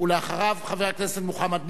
חבר הכנסת מוחמד ברכה,